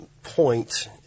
point